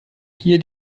hier